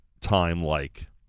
time-like